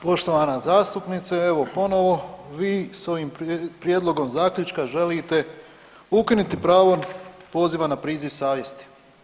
Poštovana zastupnice, evo ponovo vi sa ovim prijedlog zaključka želite ukiniti pravo poziva na priziv savjesti.